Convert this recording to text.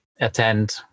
attend